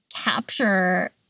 capture